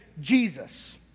Jesus